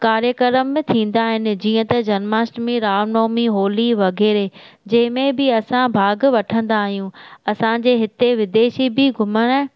कार्यक्रम थींदा आहिनि जीअं त जन्माष्टमी रामनवमी होली वग़ैरह जंहिंमें बि असां भागु वठंदा आहियूं असांजे हिते विदेशी बि घुमणु